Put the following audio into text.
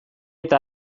eta